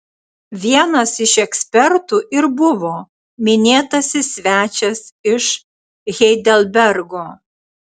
vienas iš ekspertų ir buvo minėtasis svečias iš heidelbergo